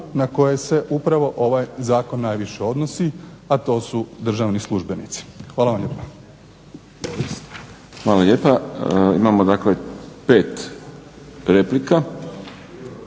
na koje se upravo ovaj zakon najviše odnosi, a to su državni službenici. Hvala vam lijepa.